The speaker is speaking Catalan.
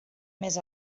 més